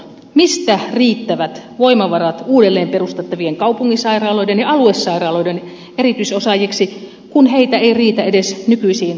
mistä riittävät voimavarat uudelleen perustettavien kaupunginsairaaloiden ja aluesairaaloiden erityisosaajiksi kun heitä ei riitä edes nykyisiin sairaanhoitopiireihin